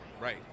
right